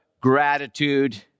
gratitude